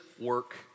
work